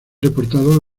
reportado